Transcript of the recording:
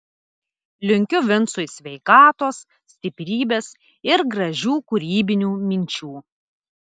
linkiu vincui sveikatos stiprybės ir gražių kūrybinių minčių